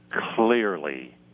clearly